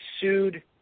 sued